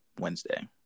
Wednesday